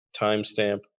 timestamp